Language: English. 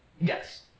Yes